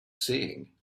saying